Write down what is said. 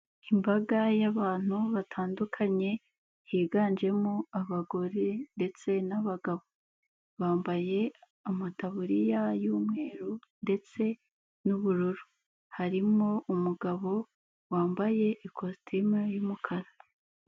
Imbaga y'abantu batandukanye higanjemo abagore ndetse n'abagabo bambaye amataburiya y'umweru ndetse n'ubururu harimo umugabo wambaye ikositimu y'umukara.